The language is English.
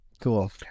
Cool